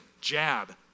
jab